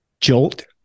jolt